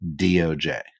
DOJ